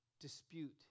dispute